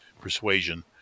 persuasion